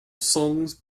songs